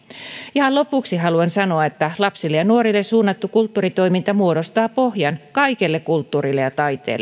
ihan lopuksi haluan sanoa että lapsille ja nuorille suunnattu kulttuuritoiminta muodostaa pohjan kaikelle kulttuurille ja taiteelle